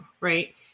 right